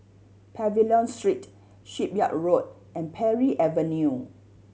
Pavilion Street Shipyard Road and Parry Avenue